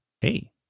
Hey